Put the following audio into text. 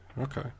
Okay